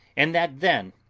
and that then,